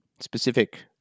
specific